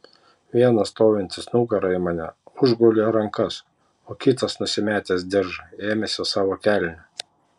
vienas stovintis nugara į mane užgulė rankas o kitas nusimetęs diržą ėmėsi savo kelnių